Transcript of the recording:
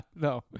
no